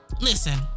Listen